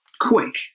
quick